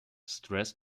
stress